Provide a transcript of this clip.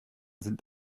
sind